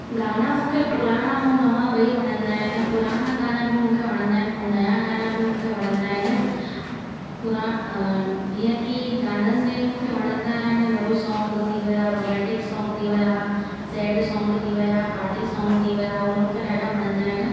गाना मूंखे पुराणा ऐं नवा ॿई वणंदा आहिनि पुराणा गाना बि मूंखे वणंदा आहिनि ऐं नया गाना बि मूंखे वणंदा आहिनि पुरा जीअं की गाननि में मूंखे वणंदा आहिनि लव सॉन्ग थी विया रोमेंटिक सॉन्ग थी विया सैड सॉन्ग थी विया पार्टी सॉन्ग थी विया उहे मूंखे ॾाढा वणंदा आहिनि